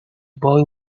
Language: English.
boy